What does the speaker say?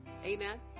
Amen